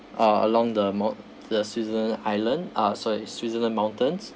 uh along the moun~ the switzerland island uh sorry switzerland mountains